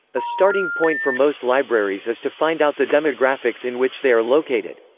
a starting point for most libraries is to find out the demographics in which they are located.